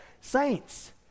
saints